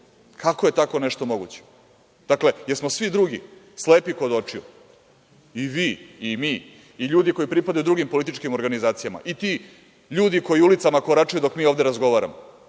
kako je tako nešto moguće. Dakle, jesmo li svi drugi slepi kod očiju, i vi, i mi, i ljudi koji pripadaju drugim političkim organizacijama i ti ljudi koji ulicama koračaju dok mi ovde razgovaramo,